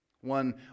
One